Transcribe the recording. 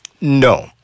No